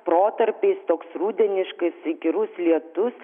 protarpiais toks rudeniškas įkyrus lietus